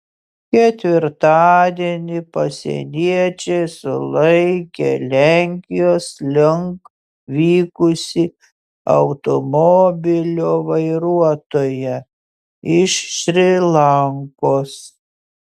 ketvirtadienį pasieniečiai sulaikė lenkijos link vykusį automobilio vairuotoją iš šri lankos